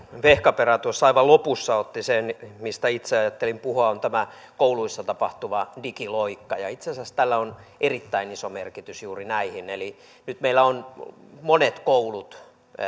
vehkaperä tuossa aivan lopussa otti esille sen mistä itse ajattelin puhua se on tämä kouluissa tapahtuva digiloikka ja itse asiassa tällä on erittäin iso merkitys juuri näihin nyt meillä ovat monet koulut